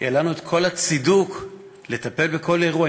יהיה לנו כל הצידוק לטפל בכל אירוע.